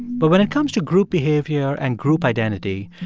but when it comes to group behavior and group identity,